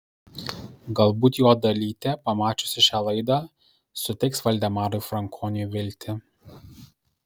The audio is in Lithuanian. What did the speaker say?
galbūt jo dalytė pamačiusi šią laidą suteiks valdemarui frankoniui viltį